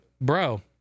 bro